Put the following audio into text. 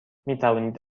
میتوانید